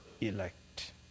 elect